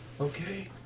Okay